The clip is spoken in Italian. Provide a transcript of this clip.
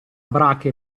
brache